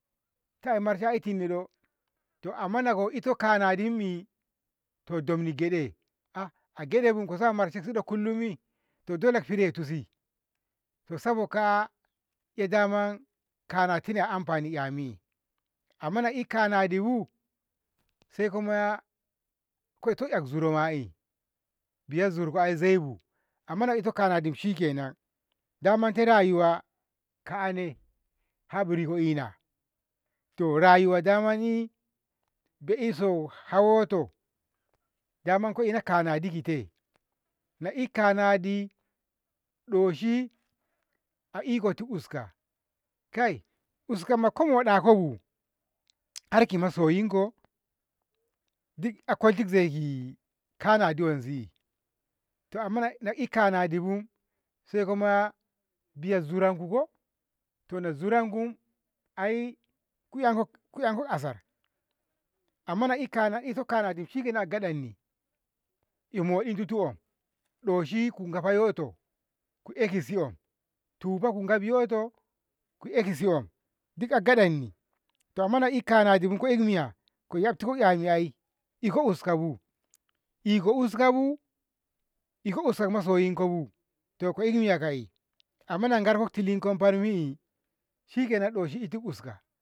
kai marshe a itinniɗo to amma nako ito kanadimmi to domni gede a gedebu kusa marshe kullummi to dole ko firetu si to sabokaa eh daman kanadi amfani yami amma eh kanadi saiko moya iko ekzuroma'i, biya zurkoma ai zaibu amma nako iko kanadi shikenan damante rayuwa kaane habri ko ina to rayuwa damani be'iso hawoto daman koina kanadi ke te ko e'kanadi doshi a ikoti uska kai uska ko moɗakobu harki mosoyinko dik a kolti zai kanadi wanse amma na na e'kanadibu saiko moya biya zuranku koh nazuranku ai ku 'yanko ku 'yanko asar to amma na iko kanadi shikenan a gaɗanni doshi ko gofa yoto ko'e kisiyo tuba ko gafi yoto ku'ekisiyo gaɗanni amma na ko ina kanadibu ko ehni miya ko yabtiko yamin ai iko uskabu, iko uskabu iko uska masoyinkobu to ko ikmiya ka'i amma na garko tilinko mi shikenan doshi itu uska.